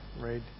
right